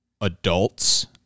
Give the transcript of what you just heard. adults